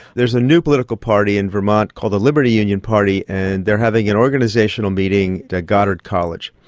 there's a new political party in vermont called the liberty union party and they're having an organisational meeting at goddard college.